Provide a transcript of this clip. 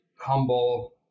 humble